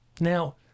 now